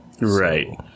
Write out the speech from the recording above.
Right